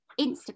Instagram